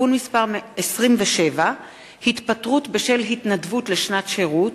(תיקון מס' 27) (התפטרות בשל התנדבות לשנת שירות),